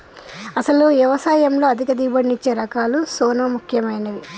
అసలు యవసాయంలో అధిక దిగుబడినిచ్చే రకాలు సాన ముఖ్యమైనవి